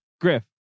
Griff